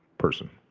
person.